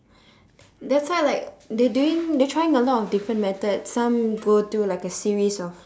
that's why like they doing they trying a lot of different methods some go do like a series of